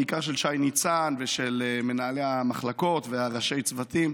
בעיקר של שי ניצן ושל מנהלי המחלקות וראשי הצוותים,